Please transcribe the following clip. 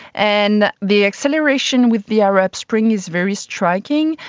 and the acceleration with the arab spring is very striking.